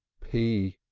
p!